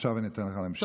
עכשיו אני אתן לך להמשיך.